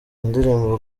ndirimbo